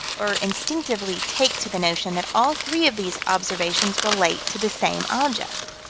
or instinctively take to the notion that all three of these observations relate to the same object.